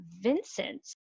Vincent